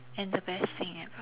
and the best thing ever